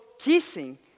kissing